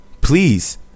please